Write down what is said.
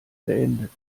beendet